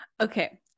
okay